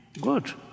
Good